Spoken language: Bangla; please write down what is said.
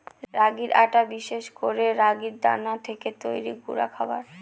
রাগির আটা বিশেষ করে রাগির দানা থেকে তৈরি গুঁডা খাবার